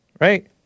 Right